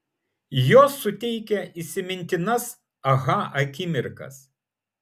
jos suteikia įsimintinas aha akimirkas